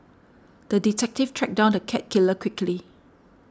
the detective tracked down the cat killer quickly